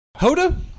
Hoda